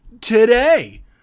today